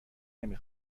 نمی